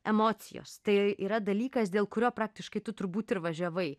emocijos tai yra dalykas dėl kurio praktiškai tu turbūt ir važiavai